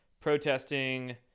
protesting